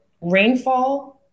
rainfall